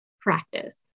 practice